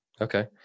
Okay